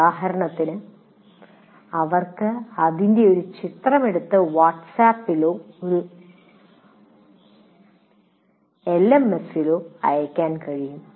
ഉദാഹരണത്തിന് അവർക്ക് അതിന്റെ ഒരു ചിത്രമെടുത്ത് വാട്ട്സ്ആപ്പിലോ ഒരു എൽഎംഎസിലോ അയയ്ക്കാൻ കഴിയും